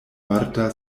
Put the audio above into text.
marta